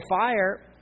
fire